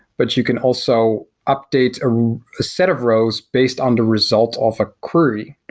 but you can also update ah a set of rows based on the result of a query.